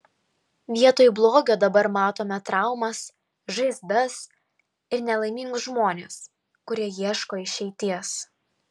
vietoj blogio dabar matome traumas žaizdas ir nelaimingus žmones kurie ieško išeities